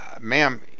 ma'am